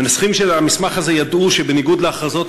המנסחים של המסמך הזה ידעו שבניגוד להכרזות